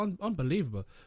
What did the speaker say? Unbelievable